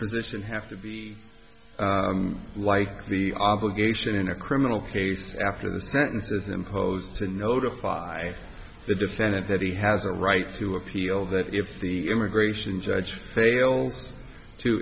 position have to be like the obligation in a criminal case after the sentences imposed to notify the defendant that he has a right to appeal that if the immigration judge failed to